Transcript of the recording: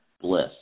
bliss